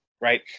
right